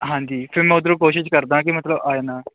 ਹਾਂਜੀ ਫਿਰ ਮੈਂ ਉੱਧਰੋਂ ਕੋਸ਼ਿਸ਼ ਕਰਦਾ ਕਿ ਮਤਲਬ ਆ ਜਾਂਦਾ